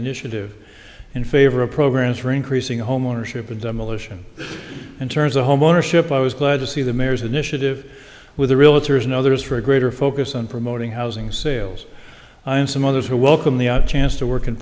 initiative in favor of programs for increasing homeownership and demolition in terms of homeownership i was glad to see the mayor's initiative with a realtor is no others for a greater focus on promoting housing sales and some others who welcome the chance to work in